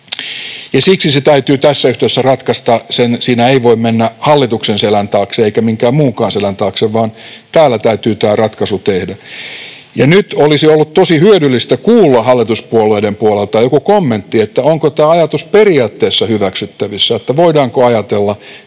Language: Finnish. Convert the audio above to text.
ja siksi se täytyy tässä yhteydessä ratkaista. Siinä ei voi mennä hallituksen selän taakse eikä minkään muunkaan selän taakse, vaan täällä täytyy tämä ratkaisu tehdä. Nyt olisi ollut tosi hyödyllistä kuulla hallituspuolueiden puolelta joku kommentti, onko tämä ajatus periaatteessa hyväksyttävissä eli voidaanko ajatella,